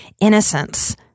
innocence